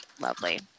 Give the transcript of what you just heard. lovely